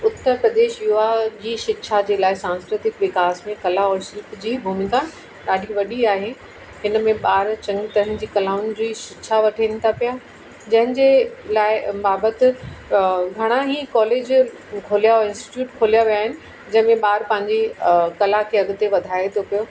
उत्तर प्रदेश युवा जी शिक्षा लाइ सांस्कृतिक विकास में कला ऐं शिल्प जी भूमिका ॾाढी वॾी आहे इन में ॿार चङी तरह जी कलाउनि जी शिक्षा वठनि था पिया जंहिंजे लाइ बाबति त घणे ई कॉलेज खुलिया इंस्टिट्यूट खोलिया विया आहिनि जंहिंमें ॿार पंहिंजी कला खे अॻिते वधाए थो पियो